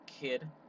kid